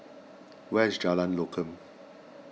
where is Jalan Lokam